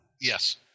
yes